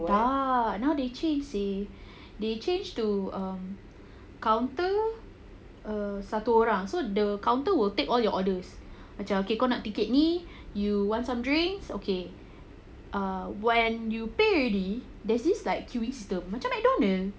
but now they change seh they change to err counter err satu orang so the counter will take all your orders macam kau nak tiket ni you want some drinks okay uh when you pay already there's this like queueing system macam McDonald's